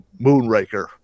Moonraker